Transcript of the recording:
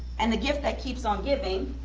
and the gift that keeps on giving,